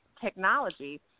technology